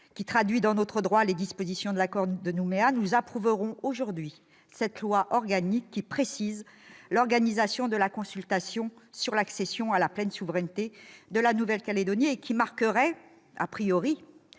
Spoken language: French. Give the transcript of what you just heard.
qui a traduit dans notre droit les dispositions de l'accord de Nouméa, nous approuverons aujourd'hui ce projet de loi organique, qui précise l'organisation de la consultation sur l'accession à la pleine souveraineté de la Nouvelle-Calédonie et qui marquerait- -la fin